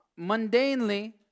mundanely